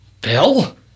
Bill